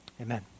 Amen